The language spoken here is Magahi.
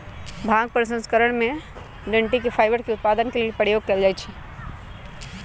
भांग प्रसंस्करण में डनटी के फाइबर उत्पादन के लेल प्रयोग कयल जाइ छइ